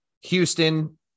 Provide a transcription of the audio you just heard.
Houston